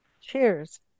Cheers